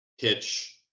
pitch